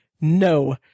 no